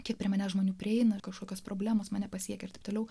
kiek prie manęs žmonių prieina kažkokios problemos mane pasiekia ir taip toliau